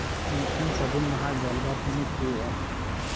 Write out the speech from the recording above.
ᱢᱤᱫᱴᱟᱝ ᱥᱟᱹᱜᱩᱱ ᱢᱟᱦᱟ ᱜᱮᱞᱵᱟᱨ ᱴᱤᱬᱤᱡ ᱦᱩᱭᱩᱜᱼᱟ